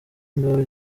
induru